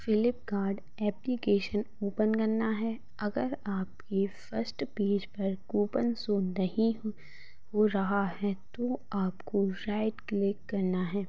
Flipkart application open करना है अगर आपके फर्स्ट पेज पर कूपन सो नहीं हो रहा है तो आपको साईट क्लिक करना है